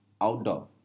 outdoor